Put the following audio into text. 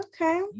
okay